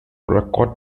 record